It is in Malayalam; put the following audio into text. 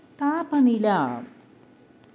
താപനില